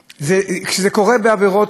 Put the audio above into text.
שזה אז קשה שבעתיים,